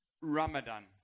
Ramadan